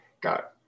got